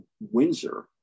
Windsor